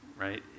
Right